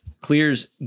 clears